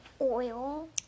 Oil